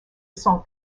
son